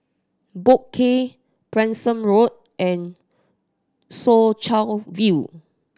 Boat Quay Branksome Road and Soo Chow View